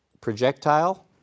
projectile